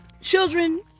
Children